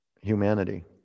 humanity